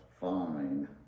fine